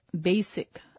basic